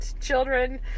children